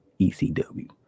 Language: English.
ECW